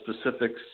specifics